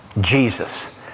Jesus